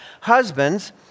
Husbands